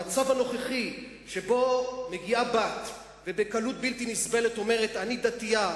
המצב הנוכחי שבו מגיעה בת ובקלות בלתי נסבלת אומרת: "אני דתית",